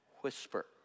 whisper